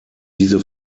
diese